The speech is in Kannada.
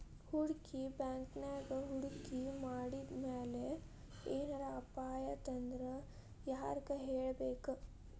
ಹೂಡ್ಕಿ ಬ್ಯಾಂಕಿನ್ಯಾಗ್ ಹೂಡ್ಕಿ ಮಾಡಿದ್ಮ್ಯಾಲೆ ಏನರ ಅಪಾಯಾತಂದ್ರ ಯಾರಿಗ್ ಹೇಳ್ಬೇಕ್?